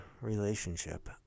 relationship